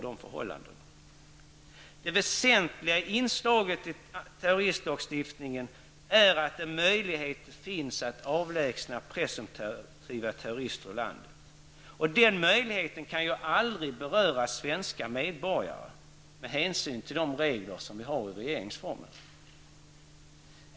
Det väsentliga inslaget i terroristlagstiftningen är att den ger möjlighet att avlägsna presumtiva terrorister ur landet, och den möjligheten kan ju aldrig, med hänsyn till reglerna i regeringsformen, beröra svenska medborgare.